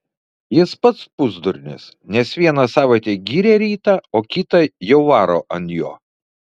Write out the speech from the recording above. jis pats pusdurnis nes vieną savaitę giria rytą o kitą jau varo ant jo